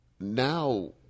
now